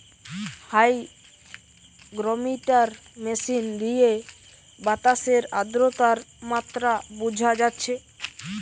hygrometer machine দিয়ে বাতাসের আদ্রতার মাত্রা বুঝা যাচ্ছে